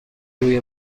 روی